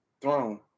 Throne